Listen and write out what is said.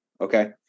Okay